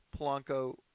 Polanco